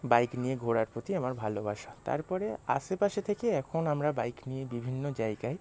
bike নিয়ে ঘোরার প্রতি আমার ভালোবাসা তারপরে আশেপাশে থেকে এখন আমরা বাইক নিয়ে বিভিন্ন জায়গায়